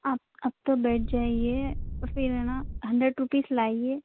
آپ اب تو بیٹھ جائیے اور پھر ہے نا ہنڈریٹ روپیز لائیے